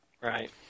Right